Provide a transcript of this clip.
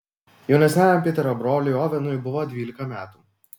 jaunesniajam piterio broliui ovenui buvo dvylika metų